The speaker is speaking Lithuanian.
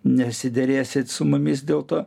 nesiderėsit su mumis dėl to